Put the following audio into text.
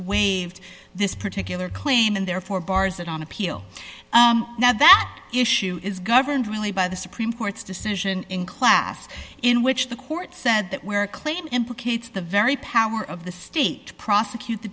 waived this particular claim and therefore bars that on appeal now that issue is governed really by the supreme court's decision in class in which the court said that where a claim implicates the very power of the state to prosecute the